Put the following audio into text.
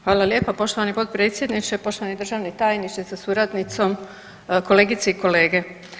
Hvala lijepa poštovani potpredsjedniče, poštovani državni tajniče sa suradnicom, kolegice i kolege.